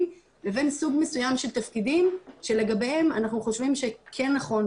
לבין סוג מסוים של תפקידים שלגביהם אנחנו חושבים שכן נכון,